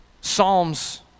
psalms